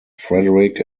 frederick